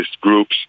groups